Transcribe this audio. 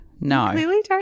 No